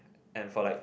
and for like